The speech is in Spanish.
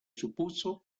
supuso